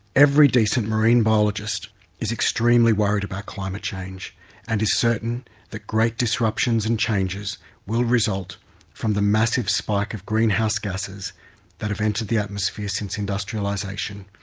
every decent marine biologist is extremely worried about climate change and is certain that great disruptions and changes will result from the massive spike of greenhouse gases that have entered the atmosphere since industrialisation,